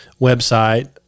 website